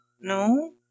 no